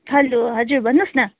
hello हजुर भन्नुहोस् न